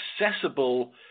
accessible